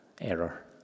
error